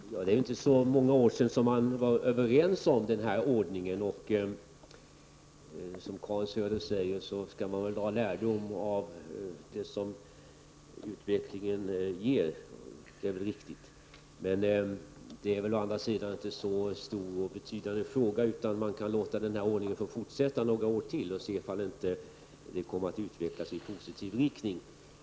Herr talman! Det är inte så många år sedan man kom överens om denna ordning. Som Karin Söder säger är det riktigt att man skall dra lärdom av utvecklingen. Detta är dock inte en särskilt stor och betydande fråga, utan man kan väl låta denna ordning fortsätta några år till och se om det inte kommer att utvecklas i positiv riktning.